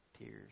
tears